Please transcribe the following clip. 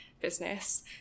business